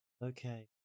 okay